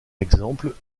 exemple